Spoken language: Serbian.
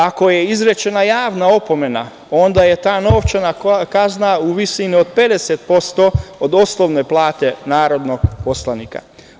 Ako je izrečena javna opomena onda je ta novčana kazna u visini od 50% od osnovne plate narodnog poslanika.